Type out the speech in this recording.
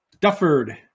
Dufford